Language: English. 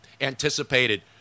anticipated